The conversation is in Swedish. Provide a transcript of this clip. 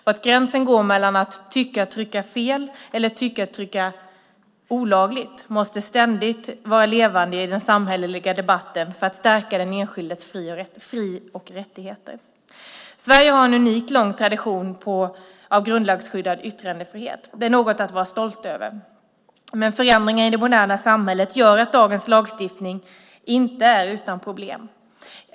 Var gränsen går mellan att tycka och trycka fel eller tycka och trycka olagligt måste vara ständigt levande i den samhälleliga debatten för att stärka den enskildes fri och rättigheter. Sverige har en unikt lång tradition av grundlagsskyddad yttrandefrihet. Det är något att vara stolt över. Men förändringar i det moderna samhället gör att dagens lagstiftning inte är utan problem.